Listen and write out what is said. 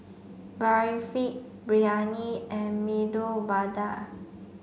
Barfi Biryani and Medu Vada